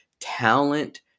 talent